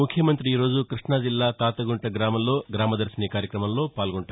ముఖ్యమంత్రి ఈరోజు కృష్ణా జిల్లా తాతగుంటు గ్రామంలో గ్రామదర్శిని కార్యక్రమంలో పాల్గొంటారు